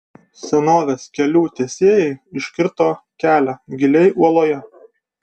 senovės kelių tiesėjai iškirto kelią giliai uoloje